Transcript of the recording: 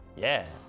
yeah.